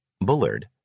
Bullard